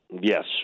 yes